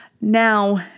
Now